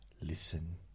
listen